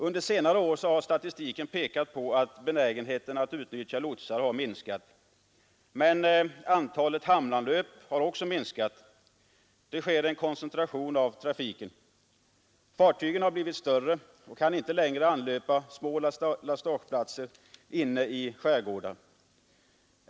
Under senare år har statistiken pekat på att benägenheten att utnyttja lots har minskat. Men antalet hamnanlöp har också minskat. Det sker en koncentration av trafiken. Fartygen har blivit större och kan inte längre anlöpa små lastageplatser inne i skärgårdar.